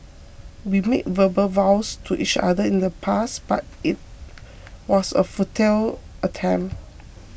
we made verbal vows to each other in the past but it was a futile attempt